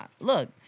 Look